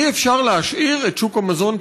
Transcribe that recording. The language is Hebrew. אי-אפשר להשאיר את שוק המזון פרוץ.